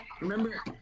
remember